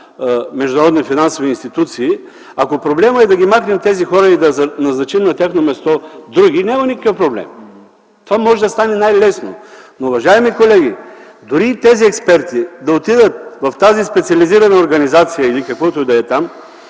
международни финансови институции. Ако въпросът е да махнем тези хора и да назначим на тяхно място други, няма никакъв проблем. Това може да стане най-лесно. Уважаеми колеги, дори и тези експерти да отидат в тази специализирана организация или каквото и да е там,